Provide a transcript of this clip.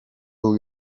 był